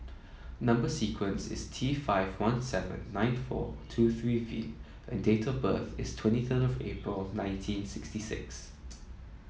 number sequence is T five one seven nine four two three V and date of birth is twenty third of April of nineteen sixty six